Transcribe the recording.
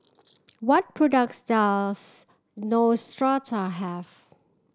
what products does Neostrata have